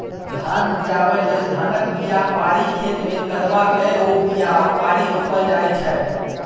धान उपजाबै लेल धानक बीया पारि खेतमे कदबा कए ओ बीया उपारि रोपल जाइ छै